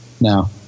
now